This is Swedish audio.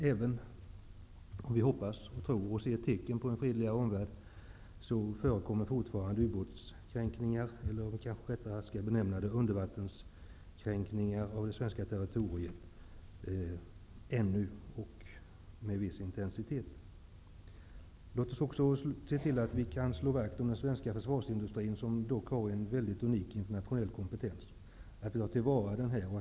Även om vi hoppas och tror och ser tecken som tyder på en fredligare omvärld, förekommer det fortfarande med viss intensitet ubåtskränkningar, eller rättare sagt: undervattenskränkningar av svenskt territorium. Låt oss också slå vakt om den svenska försvarsindustrin, som har en väldigt unik internationell kompentens. Den bör tas till vara och utvecklas.